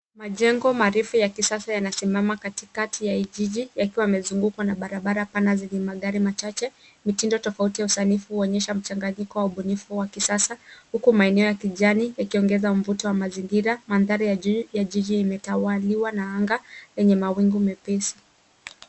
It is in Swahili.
Jengo marefu ya kisasa yanasimama katikati ya jiji yakiwa yamezungukwa na barabara pana zenye magari machache. Mitindo tofauti ya usanifu huonyesha mchanganyiko wa ubunifu wa kisasa huku maeneo ya kijani yakiongeza mvuto wa mazingira. Mandhari ya jiji imetawaliwa na anga lenye mawingu mepesi.